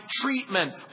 treatment